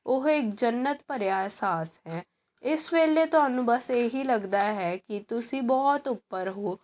ਉਹ ਇੱਕ ਜੰਨਤ ਭਰਿਆ ਅਹਿਸਾਸ ਹੈ ਇਸ ਵੇਲੇ ਤੁਹਾਨੂੰ ਬਸ ਇਹ ਹੀ ਲੱਗਦਾ ਹੈ ਕਿ ਤੁਸੀਂ ਬਹੁਤ ਉੱਪਰ ਹੋ